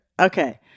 Okay